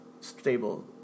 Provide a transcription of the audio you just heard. stable